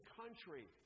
country